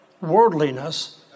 worldliness